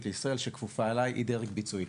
לישראל שכפופה אליי היא דרג ביצועי,